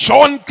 John